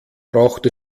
braucht